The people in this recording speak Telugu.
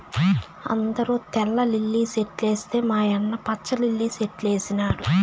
అందరూ తెల్ల లిల్లీ సెట్లేస్తే మా యన్న పచ్చ లిల్లి సెట్లేసినాడు